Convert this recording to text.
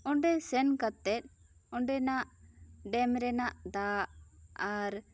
ᱚᱸᱰᱮ ᱥᱮᱱ ᱠᱟᱛᱮᱜᱮ ᱚᱸᱰᱮᱱᱟᱜ ᱰᱮᱢ ᱨᱮᱱᱟᱜ ᱫᱟᱜ ᱟᱨ